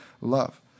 love